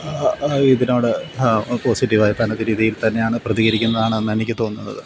ഇതിനോട് പോസിറ്റീവായ തനത് രീതിയിൽ തന്നെയാണ് പ്രതികരിക്കുന്നതാണ് എന്നെനിക്ക് തോന്നുന്നത്